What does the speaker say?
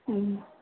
ꯎꯝ